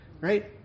right